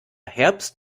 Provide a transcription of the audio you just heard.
herbst